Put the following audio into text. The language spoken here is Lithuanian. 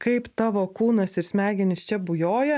kaip tavo kūnas ir smegenys čia bujoja